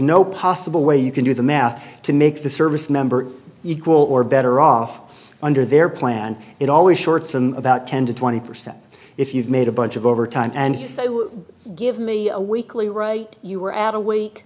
no possible way you can do the math to make the service member equal or better off under their plan it always shorts them about ten to twenty percent if you've made a bunch of overtime and say give me a weekly write you or add a week